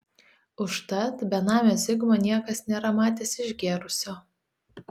užtat benamio zigmo niekas nėra matęs išgėrusio